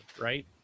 right